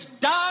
done